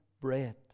bread